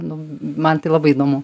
nu man tai labai įdomu